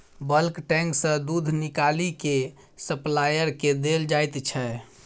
bulk tank सँ दुध निकालि केँ सप्लायर केँ देल जाइत छै